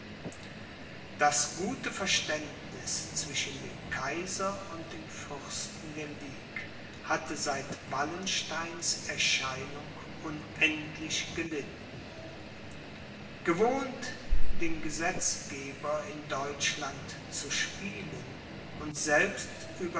das gute verständniß zwischen dem kaiser und den fürsten der ligue hatte seit wallensteins erscheinung unendlich gelitten gewohnt den gesetzgeber in deutschland zu spielen und selbst